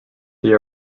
they